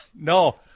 No